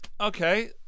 Okay